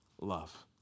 love